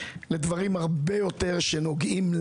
לדברים שנוגעים הרבה יותר לנו.